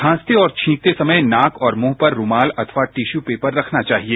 खांसते और छींकते समय नाक और मुंह पर रूमाल अथवा टिश्यू पेपर रखना चाहिए